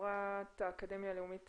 חברת האקדמיה הלאומית